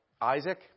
Isaac